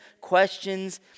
questions